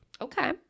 Okay